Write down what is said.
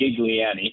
Gigliani